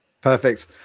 Perfect